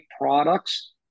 products